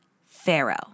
pharaoh